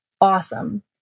awesome